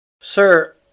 Sir